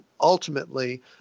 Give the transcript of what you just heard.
ultimately